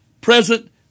present